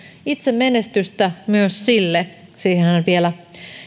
itse menestystä myös sille siihenhän vielä